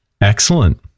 Excellent